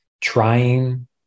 trying